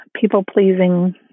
people-pleasing